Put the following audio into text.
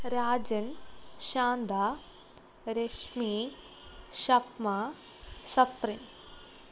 Rajan Shanta Rashmi Shafma Safrin